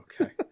Okay